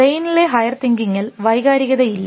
ബ്രെയിനിലെ higher തിങ്കിംഗിൽ വൈകാരികത ഇല്ല